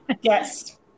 Yes